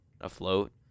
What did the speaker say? afloat